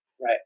Right